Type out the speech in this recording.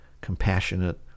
compassionate